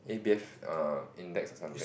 a_b_f index or something